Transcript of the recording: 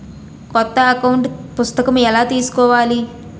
కొత్త అకౌంట్ పుస్తకము ఎలా తీసుకోవాలి?